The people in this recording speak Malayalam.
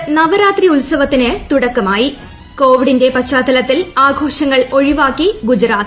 രാജ്യത്ത് നവരാത്രി ഉത്സവത്തിന് തുടക്കമായി കോവിഡിന്റെ പശ്ചാത്തലത്തിൽ ആഘോഷങ്ങൾ ഒഴിവാക്കി ഗുജറാത്ത്